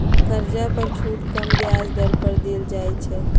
कर्जा पर छुट कम ब्याज दर पर देल जाइ छइ